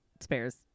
spares